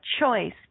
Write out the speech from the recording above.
choice